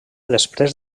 després